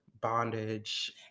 bondage